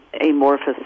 amorphous